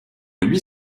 huit